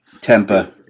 temper